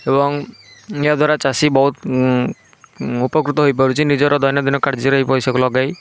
ଏବଂ ଏହା ଦ୍ୱାରା ଚାଷୀ ବହୁତ ଉପକୃତ ହୋଇପାରୁଛି ନିଜର ଦୈନନ୍ଦିନ କାର୍ଯ୍ୟରେ ପଇସା ଲଗାଇ